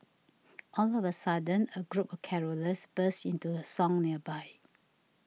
all of a sudden a group of carollers burst into a song nearby